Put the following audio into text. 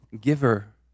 giver